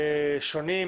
שונים,